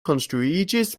konstruiĝis